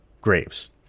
Graves